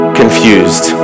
confused